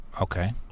Okay